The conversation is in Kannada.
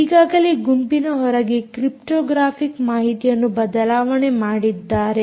ಈಗಾಗಲೇ ಗುಂಪಿನ ಹೊರಗೆ ಕ್ರಿಪ್ಟೊಗ್ರಾಫಿಕ್ ಮಾಹಿತಿಯನ್ನು ಬದಲಾವಣೆ ಮಾಡಿದ್ದಾರೆ